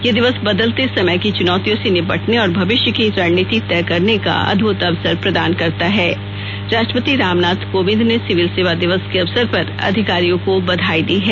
यह दिवस बदलते समय की चुनौतियों से निपटने और भविष्य की रणनीति तय करने का अदभुत अवसर प्रदान करता है राष्ट्रपति रामनाथ कोविंद ने सिविल सेवा दिवस के अवसर पर अधिकारियों को बधाई दी है